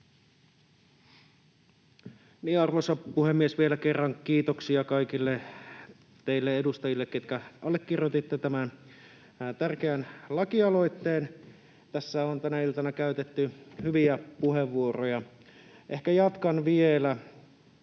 Arvoisa puhemies! Vielä kerran kiitoksia kaikille teille edustajille, ketkä allekirjoititte tämän tärkeän lakialoitteen. Tässä on tänä iltana käytetty hyviä puheenvuoroja. Ehkä jatkan vielä